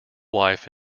wife